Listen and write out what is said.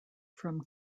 from